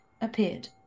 appeared